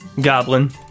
Goblin